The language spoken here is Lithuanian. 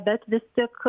bet vis tik